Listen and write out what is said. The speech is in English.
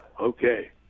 Okay